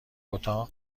اتاق